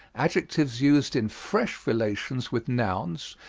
adjectives used in fresh relations with nouns,